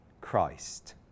Christ